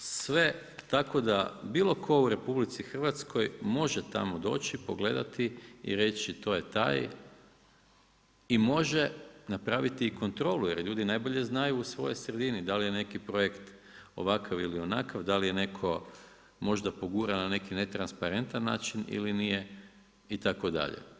Sve, tako da bilo tko u RH, može tamo doći, pogledati i reći to je taj i može napraviti i kontrolu, jer ljudi najbolje znaju u svojoj sredini, da li je neki projekt ovakav ili onakav, da li je netko možda progura na neki netransparentan način ili nije, itd.